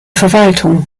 verwaltung